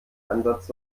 ansatz